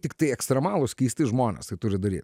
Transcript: tiktai ekstremalūs keisti žmonės tai turi daryt